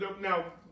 Now